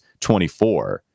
24